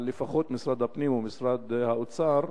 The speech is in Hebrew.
על משרד הפנים ומשרד האוצר